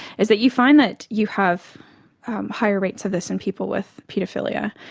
is that you find that you have higher rates of this in people with paedophilia.